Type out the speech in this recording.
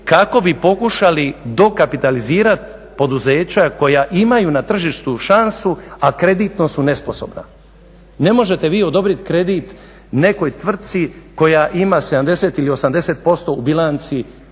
kako bi pokušali dokapitalizirati poduzeća koja imaju na tržištu šansu, a kreditno su nesposobna. Ne možete vi odobriti kredit nekoj tvrtci koja ima 70 ili 80% u bilanci zaduženja,